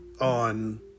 on